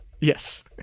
Yes